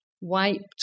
wiped